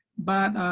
but,